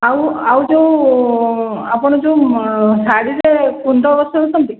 ଆଉ ଆଉ ଯେଉଁ ଆପଣ ଯେଉଁ ଶାଢ଼ୀରେ କୁନ୍ଦନ ବସାଉଛନ୍ତି